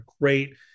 great